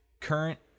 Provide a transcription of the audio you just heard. current